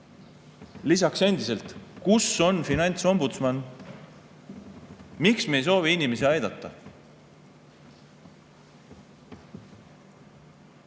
Lisaks endiselt: kus on finantsombudsman? Miks me ei soovi inimesi aidata?